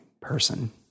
person